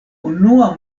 unua